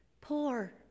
poor